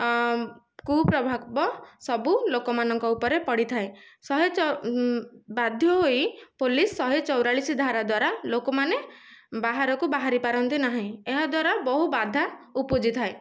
କୁପ୍ରଭାବ ସବୁ ଲୋକମାନଙ୍କ ଉପରେ ପଡ଼ିଥାଏ ଶହେ ଚ ବାଧ୍ୟ ହୋଇ ପୋଲିସ ଶହେ ଚଉରାଳିଶ ଧାରା ଦ୍ୱାରା ଲୋକମାନେ ବାହାରକୁ ବାହାରି ପାରନ୍ତି ନାହିଁ ଏହା ଦ୍ୱାରା ବହୁ ବାଧା ଉପୁଜି ଥାଏ